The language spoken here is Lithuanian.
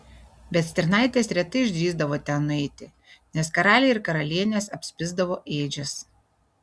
bet stirnaitės retai išdrįsdavo ten nueiti nes karaliai ir karalienės apspisdavo ėdžias